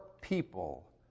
people